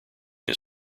his